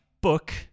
book